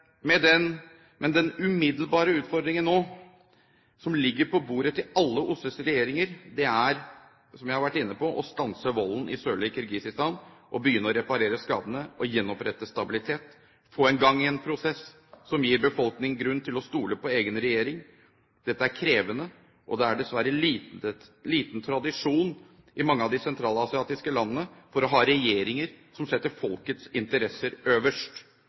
med å rydde opp. Men den umiddelbare utfordringen nå, som ligger på bordet til alle OSSEs regjeringer, er, som jeg har vært inne på, å stanse volden i det sørlige Kirgisistan, å begynne å reparere skadene og gjenopprette stabilitet og å få i gang en prosess som gir befolkningen grunn til å stole på egen regjering. Dette er krevende, og det er dessverre liten tradisjon i mange av de sentralasiatiske landene for å ha regjeringer som setter folkets interesser øverst.